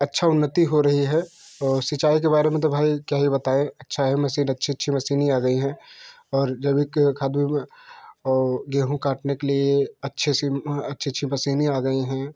अच्छी उन्नति हो रही है और सिंचाई के बारे में तो भाई क्या ही बताएँ अच्छी है मशीन अच्छी अच्छी मशीन आ गई हैं और जैविक खाद्य और गेहूँ काटने के लिए अच्छे से अच्छी अच्छी मशीन आ गई हैं